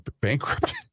bankrupt